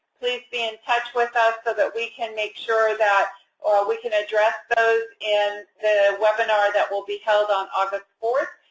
please be in touch with us so ah that we can make sure that, or we can address those in the webinar that will be held on august fourth,